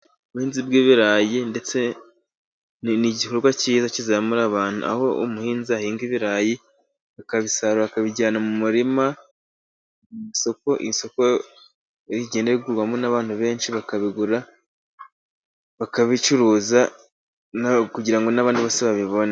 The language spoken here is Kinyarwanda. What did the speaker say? Ubuhinzi bw’ibirayi, ndetse ni igikorwa cyiza kizamura abantu, aho umuhinzi ahinga ibirayi, akabisarura, akabijyana mu murima, isoko rigendwamo n’abantu benshi, bakabigura, bakabicuruza kugira ngo n’abandi bose babibone.